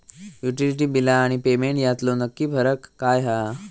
Utility बिला आणि payment यातलो नक्की फरक काय हा?